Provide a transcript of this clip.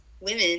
women